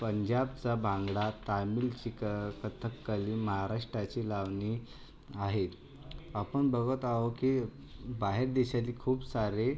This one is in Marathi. पंजाबचा भांगडा तामीळची कथकली महाराष्ट्राची लावणी आहेत आपण बघत आहो की बाहेर देशातील खूप सारे